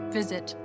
visit